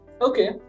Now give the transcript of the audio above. okay